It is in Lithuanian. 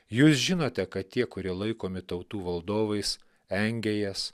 jūs žinote kad tie kurie laikomi tautų valdovais engia jas